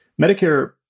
Medicare